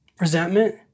resentment